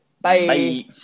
Bye